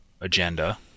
agenda